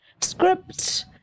script